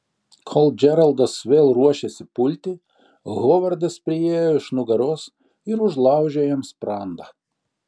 kol džeraldas vėl ruošėsi pulti hovardas priėjo iš nugaros ir užlaužė jam sprandą